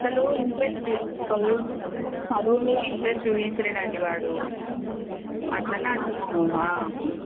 అసలు ఇంట్రెస్ట్ చదువు మీద ఇంట్రెస్ట్ చూపించడం లేదండి వాడు అట్లనే అంటున్నాము అమ్మా